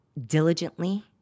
diligently